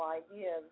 idea